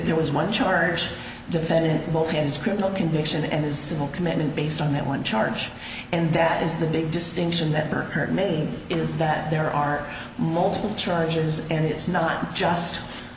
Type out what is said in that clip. there was one charge defendant both his criminal conviction and his simple commitment based on that one charge and that is the big distinction that bernard made is that there are multiple charges and it's not just